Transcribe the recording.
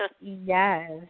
yes